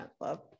love